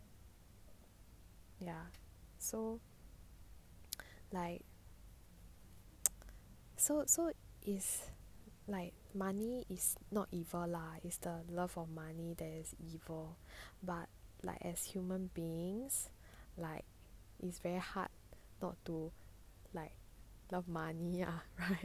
ya so like so is like money is not evil lah is the love of money that is evil but like as human beings like it's very hard not to like love money ah right